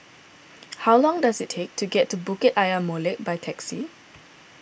how long does it take to get to Bukit Ayer Molek by taxi